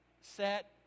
set